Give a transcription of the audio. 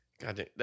Goddamn